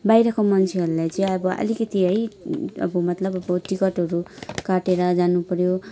बाहिरको मन्छेहरूलाई चाहिँ अब अलिकति है अब मतलब अबो टिकटहरू काटेर जानु पऱ्यो है